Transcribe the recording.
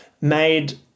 made